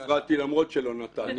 אני הפרעתי למרות שלא נתת לי.